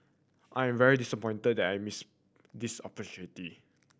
I'm very disappointed that I missed this opportunity